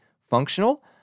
functional